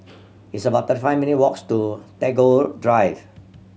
it's about thirty five minute' walks to Tagore Drive